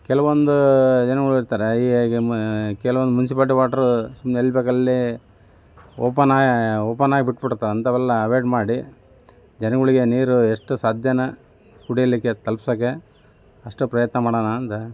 ಕೆಲವೊಂದು ಜನಗಳಿರ್ತಾರೆ ಈ ಕೆಲವೊಂದು ಮುನ್ಸಿಪಾಲ್ಟಿ ವಾಟರು ಸುಮ್ಮನೆ ಎಲ್ಲಿ ಬೇಕಲ್ಲೇ ಓಪನ್ ಆ ಓಪನ್ ಆಗಿ ಬಿಟ್ಬಿಡ್ತಾರೆ ಅಂಥವೆಲ್ಲ ಅವಾಯ್ಡ್ ಮಾಡಿ ಜನಗಳಿಗೆ ನೀರು ಎಷ್ಟು ಸಾಧ್ಯನಾ ಕುಡೀಲಿಕ್ಕೆ ತಲುಪ್ಸೋಕ್ಕೆ ಅಷ್ಟು ಪ್ರಯತ್ನ ಮಾಡೋಣ ಅಂದು